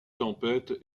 tempête